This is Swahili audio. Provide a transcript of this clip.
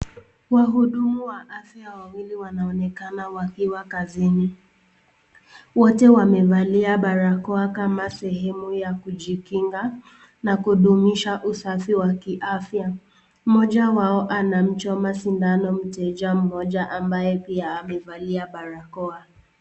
Wahudumu Wa afya wawili wanaonekana wakiwa kazini, wote wamevalia barakoa kama sehemu ya kujikinga na kudumisha usafi wa kiafya, mmoja wao anamchoma sindamo mteja mmoja ambaye pia amevalia barakoa